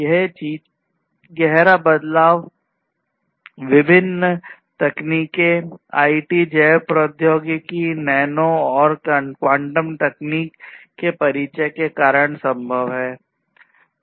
ये चीजें गहरा बदलाव विभिन्न तकनीकों आईटी जैव प्रौद्योगिकी नैनो तथा क्वांटम तकनीक के परिचय के कारण संभव हैं